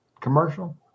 commercial